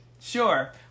Sure